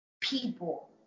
people